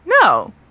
No